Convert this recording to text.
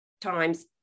times